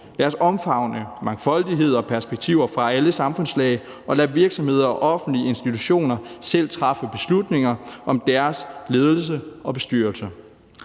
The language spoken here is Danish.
Lad os omfavne mangfoldighed og perspektiver fra alle samfundslag og lade virksomheder og offentlige institutioner selv træffe beslutninger om deres ledelse og bestyrelser.